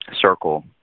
circle